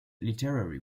literary